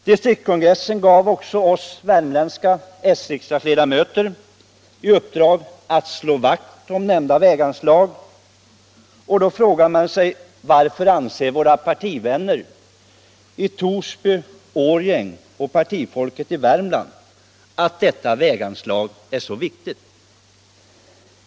Distriktskongressen gav också oss värmländska s-riksdagsledamöter i uppdrag att slå vakt om nämnda väganslag, och då frågar man sig: Varför anser våra partivänner i Torsby och Årjäng och partifolket i hela Värmland att detta väganslag är så viktigt?